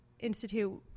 institute